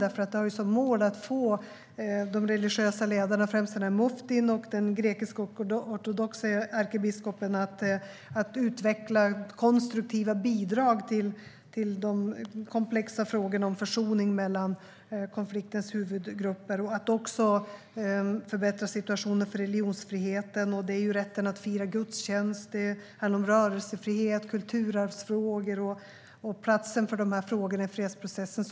Det har som mål att få de religiösa ledarna - främst muftin och den grekisk-ortodoxe ärkebiskopen - att utveckla konstruktiva bidrag till de komplexa frågorna om försoning mellan konfliktens huvudgrupper. Det handlar också om att förbättra situationen för religionsfriheten, rätten att fira gudstjänst, rörelsefrihet, kulturarvsfrågor och platsen för de frågorna i fredsprocessen.